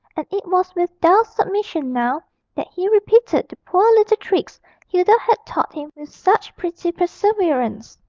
and it was with dull submission now that he repeated the poor little tricks hilda had taught him with such pretty perseverance.